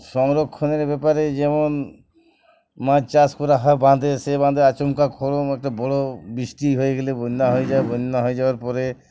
সংরক্ষণের ব্যাপারে যেমন মাছ চাষ করা হয় বাঁধে সে বাঁধে আচমকা কোনো একটা বড় বৃষ্টি হয়ে গেলে বন্যা হয়ে যায় বন্যা হয়ে যাওয়ার পরে